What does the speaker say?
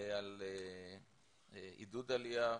בעידוד עלייה,